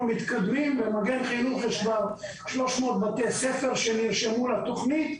אנחנו מתקדמים ובמגן חינוך יש כבר 300 בתי ספר שנרשמו לתכנית.